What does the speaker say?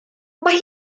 mae